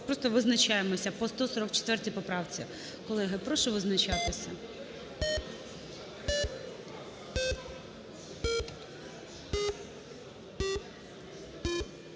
просто визначаємося по 144 поправці. Колеги, прошу визначатися.